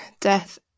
death